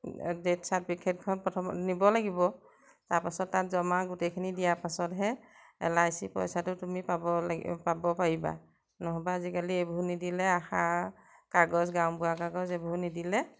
death চাৰ্টিফিকেটখন প্ৰথম নিব লাগিব তাৰপাছত তাত জমা গোটেইখিনি দিয়া পাছতহে এল আই চি পইচাটো তুমি পাব লাগিব পাব পাৰিবা নহ'বা আজিকালি এইবোৰ নিদিলে আশা কাগজ গাঁওবুঢ়া কাগজ এইবোৰ নিদিলে